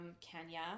Kenya